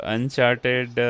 Uncharted